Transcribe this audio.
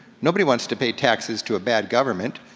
nobody wants to pay taxes to a bad government,